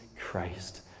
Christ